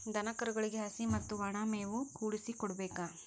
ದನಕರುಗಳಿಗೆ ಹಸಿ ಮತ್ತ ವನಾ ಮೇವು ಕೂಡಿಸಿ ಕೊಡಬೇಕ